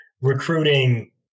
recruiting